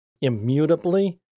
immutably